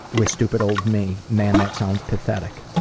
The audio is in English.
with stupid old me. man, that sounds pathetic.